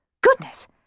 Goodness